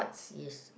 is